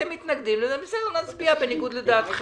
אתם מתנגדים לזה, בסדר, נצביע בניגוד לדעתכם.